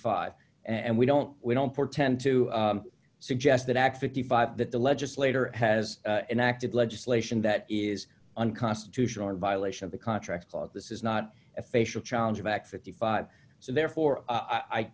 five and we don't we don't portend to suggest that act fifty five that the legislator has an act of legislation that is unconstitutional in violation of the contract law this is not a facial challenge act fifty five so therefore i